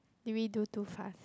did we do too fast